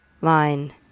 line